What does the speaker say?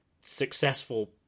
successful